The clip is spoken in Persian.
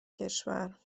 کشور